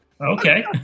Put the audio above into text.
Okay